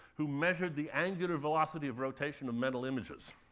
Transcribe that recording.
who measured the angular velocity of rotation of mental images.